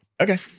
Okay